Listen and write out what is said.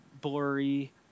blurry